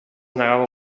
negava